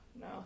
No